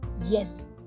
Yes